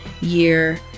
year